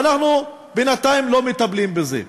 ואנחנו בינתיים לא מטפלים בזה.